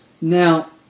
Now